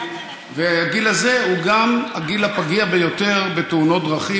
והגיל הזה הוא גם הגיל הפגיע ביותר בתאונות דרכים,